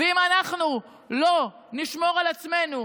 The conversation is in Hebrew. ואם אנחנו לא נשמור על עצמנו